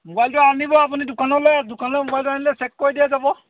মোবাইলটো আনিব আপুনি দোকানলৈ দোকানলৈ মোবাইলটো আনিলে চেক কৰি দিয়া যাব